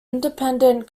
independent